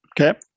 Okay